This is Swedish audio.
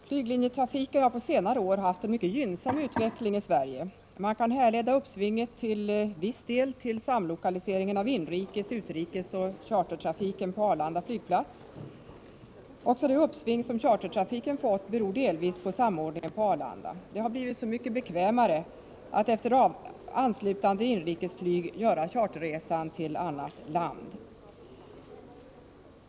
Herr talman! Flyglinjetrafiken har på senare år haft en mycket gynnsam utveckling i Sverige. Man kan till viss del härleda uppsvinget till samlokaliseringen av inrikes-, utrikesoch chartertrafiken på Arlanda flygplats. Även det uppsving som chartertrafiken fått beror delvis på samordningen på Arlanda, eftersom det har blivit så mycket bekvämare att efter anslutande inrikesflyg göra charterresan till annat land.